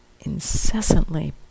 incessantly